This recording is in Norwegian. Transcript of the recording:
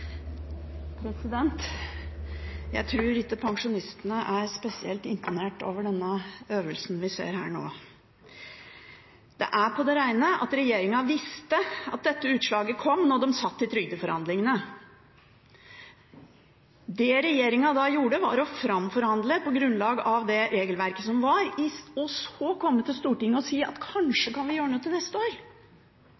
spesielt imponert over den øvelsen vi ser her nå. Det er på det rene at regjeringen visste at dette utslaget kom, da de satt i trygdeforhandlingene. Det regjeringen da gjorde, var å framforhandle på grunnlag av det regelverket som var, og så komme til Stortinget og si at kanskje kan vi gjøre noe til neste år.